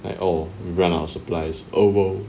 like oh run out of supplies oh no